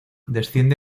desciende